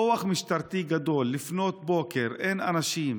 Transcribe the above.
כוח משטרתי גדול, לפנות בוקר, אין אנשים,